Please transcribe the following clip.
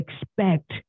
expect